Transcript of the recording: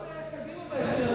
אז אולי תתקוף את קדימה בהקשר הזה,